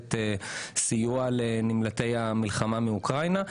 מעטפת סיוע לנמלטי המלחמה מאוקראינה.